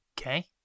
Okay